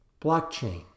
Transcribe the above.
blockchain